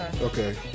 Okay